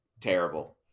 terrible